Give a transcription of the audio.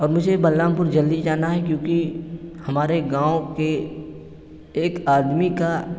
اور مجھے بلرامپور جلدی ہی جانا ہے کیونکہ ہمارے گاؤں کے ایک آدمی کا